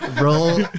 Roll